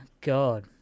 God